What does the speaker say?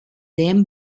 dem